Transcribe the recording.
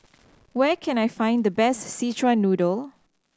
where can I find the best Szechuan Noodle